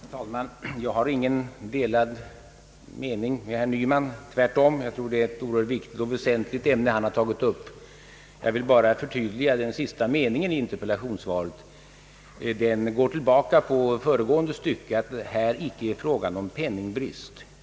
Herr talman! Jag har inte någon annan uppfattning än herr Nyman, tvärt om: jag anser att det är ett mycket viktigt ämne som han har tagit upp. Jag vill bara förtydliga den sista meningen i interpellationssvaret. Den går tillbaka på föregående stycke, där det talas om att det här icke är fråga om penningbrist.